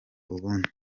ubundi